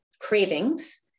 cravings